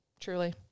truly